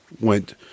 went